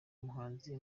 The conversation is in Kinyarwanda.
muhanzi